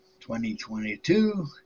2022